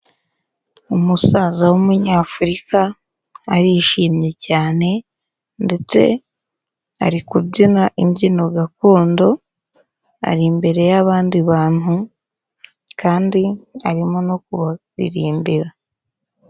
Umusaza w'umunyafurika, arishimye cyane ndetse ari kubyina imbyino gakondo, ari imbere y' abandi bantu kandi arimo no kubaririmbira.